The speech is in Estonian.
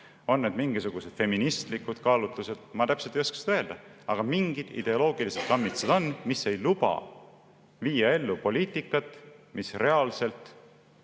On need mingisuguseid feministlikud kaalutlused? Ma täpselt ei oska seda öelda, aga mingid ideoloogilised kammitsad on, mis ei luba viia ellu poliitikat, mis reaalselt